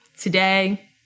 today